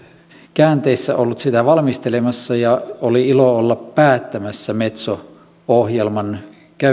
käänteissä ollut sitä valmistelemassa ja oli ilo olla päättämässä metso ohjelman